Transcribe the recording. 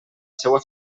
seua